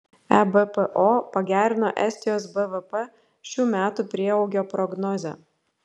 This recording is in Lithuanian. ebpo pagerino estijos bvp šių metų prieaugio prognozę